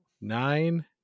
nine